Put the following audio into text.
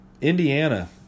Indiana